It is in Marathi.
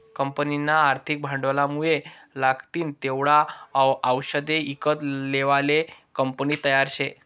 कंपनीना आर्थिक भांडवलमुये लागतीन तेवढा आवषदे ईकत लेवाले कंपनी तयार शे